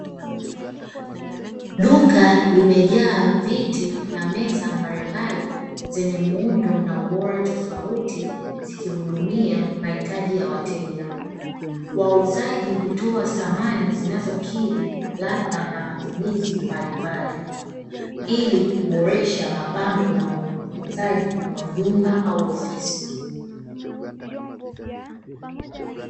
Duka limejaa viti na meza mbalimbali zenye muundo na ubora tofauti zikihudumia mahitaji ya wateja, wauzaji hutoa thamani zinazokidhi namna ya matumizi mbalimbali, ili kuboresha mapambo na uuzaji wa nyumba au ofisi.